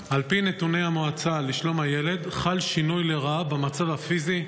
על פי נתוני המועצה לשלום הילד חל שינוי לרעה במצב הפיזי,